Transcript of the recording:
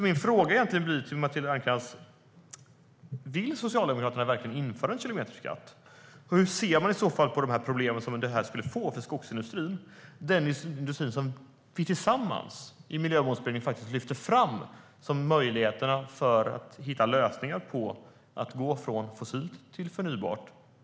Min fråga till Matilda Ernkrans är därför: Vill Socialdemokraterna verkligen införa en kilometerskatt, och hur ser man i så fall på problemen det skulle medföra för skogsindustrin - den industri som vi i Miljömålsberedningen tillsammans lyfter fram som möjligheten att hitta lösningar på att gå från fossilt till förnybart?